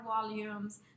volumes